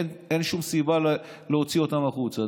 אין שום סיבה להוציא אותן החוצה.